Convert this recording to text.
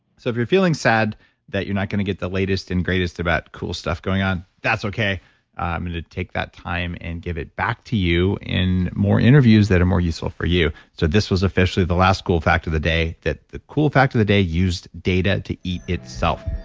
so if you're feeling sad that you're not going to get the latest and greatest of that cool stuff going on, that's okay. i'm going to take that time and give it back to you in more interviews that are more useful for you. so this was officially the last cool fact of the day that the cool fact of the day used data to eat itself.